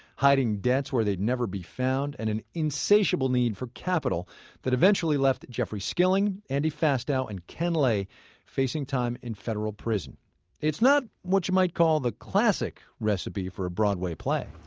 hiding debts where they'd never be found. and an insatiable need for capital that eventually left jeffrey skilling, andy fastow and ken lay facing time in federal prison it's not what you might call the classic recipe for a broadway play